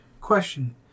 question